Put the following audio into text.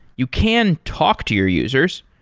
you can talk to your users.